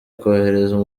kohereza